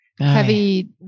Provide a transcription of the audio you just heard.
heavy